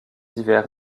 hivers